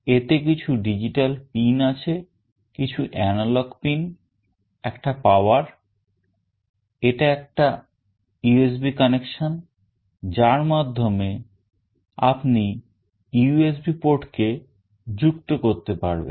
এতে কিছু digital pin আছে কিছু analog pin একটা power এটা একটা USB connection যার মাধ্যমে আপনি USB port কে যুক্ত করতে পারবেন